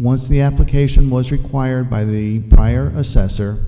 once the application was required by the prior assessor